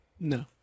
No